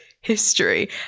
history